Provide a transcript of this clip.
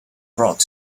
brought